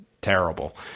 terrible